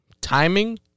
timing